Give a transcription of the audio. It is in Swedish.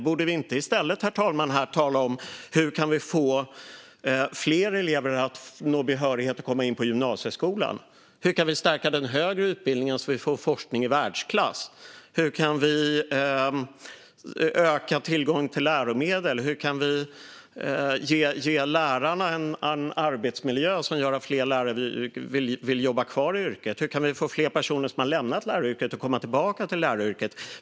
Borde vi inte i stället tala om hur vi kan få fler elever att nå behörighet till gymnasieskolan och hur vi kan stärka den högre utbildningen så att vi får forskning i världsklass eller om hur vi kan öka tillgången till läromedel, ge lärarna en arbetsmiljö som gör att fler vill jobba kvar i yrket och få fler personer som lämnat läraryrket att komma tillbaka?